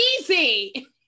easy